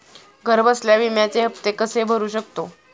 घरबसल्या विम्याचे हफ्ते कसे भरू शकतो?